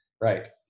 Right